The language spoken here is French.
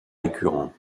récurrent